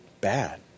bad